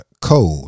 code